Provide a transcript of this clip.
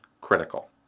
critical